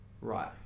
right